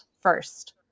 First